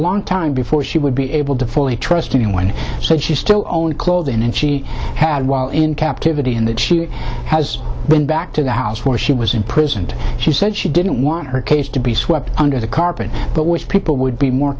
long time before she would be able to fully trust anyone so she still only clothing and she had while in captivity and that she has been back to the house where she was imprisoned she said she didn't want her case to be swept under the carpet but wish people would be more